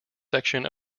section